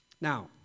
Now